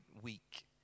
week